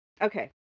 okay